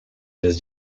les